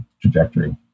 trajectory